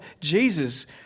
jesus